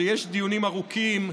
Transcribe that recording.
שיש דיונים ארוכים.